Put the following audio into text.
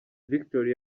victory